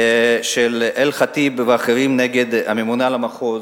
של אל-חטיב ואחרים נגד הממונה על המחוז.